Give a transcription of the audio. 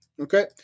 Okay